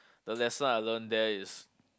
the lesson I learn there is